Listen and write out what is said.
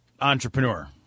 Entrepreneur